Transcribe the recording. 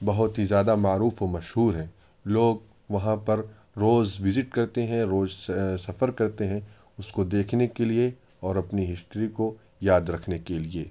بہت ہی زیادہ معروف و مشہور ہے لوگ وہاں پر روز وزٹ کرتے ہیں روز سفر کرتے ہیں اس کو دیکھنے کے لیے اور اپنی ہسٹری کو یاد رکھنے کے لیے